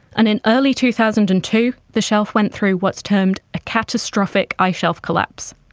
and in early two thousand and two the shelf went through what's termed a catastrophic ice shelf collapse.